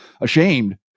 ashamed